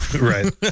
right